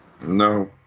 No